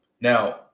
Now